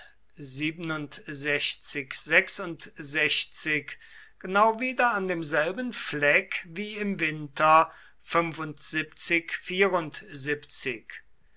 genau wieder an demselben fleck wie im winter